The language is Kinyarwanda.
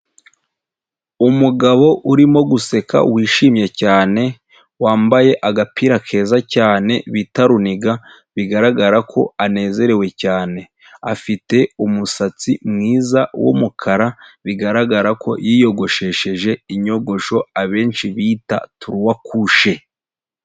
Umugabo urimo guseka wishimye cyane, wambaye agapira keza cyane bita runiga bigaragara ko anezerewe cyane, afite umusatsi mwiza w'umukara bigaragara ko yiyogoshesheje inyogosho abenshi bita turuwakushe.